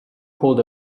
pulled